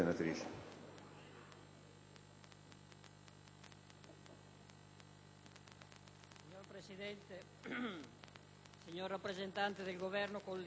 Signor Presidente, signor rappresentante del Governo, colleghi,